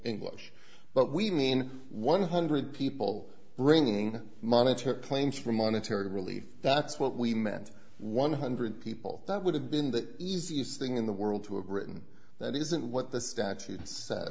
english but we mean one hundred people bringing monetary claims for monetary relief that's what we meant one hundred people that would have been the easiest thing in the world to a written that isn't what the statute s